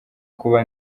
kuba